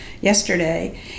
yesterday